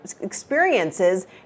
experiences